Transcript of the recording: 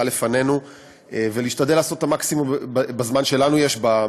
לפנינו ולהשתדל לעשות את המקסימום בזמן שיש לנו,